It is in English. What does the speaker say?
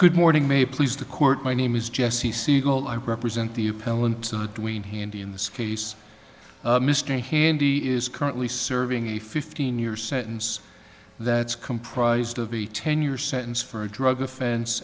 good morning may please the court my name is jesse segal i represent the appellant handy in this case mr handy is currently serving a fifteen year sentence that is comprised of a ten year sentence for a drug offen